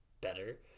better